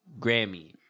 Grammy